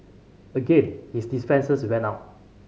again his defences went up